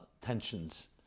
tensions